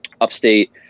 upstate